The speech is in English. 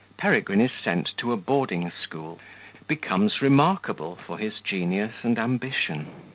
peregrine is sent to a boarding-school becomes remarkable for his genius and ambition.